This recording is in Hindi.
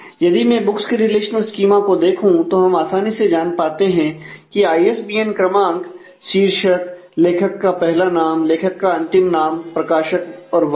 यदि मैं बुक्स के रिलेशनल स्कीमा को देखूं तो हम आसानी से जान पाते हैं कि आईएसबीएन क्रमांक → शीर्षक लेखक का पहला नाम लेखक का अंतिम नाम प्रकाशक वर्ष